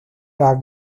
las